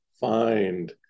find